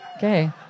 Okay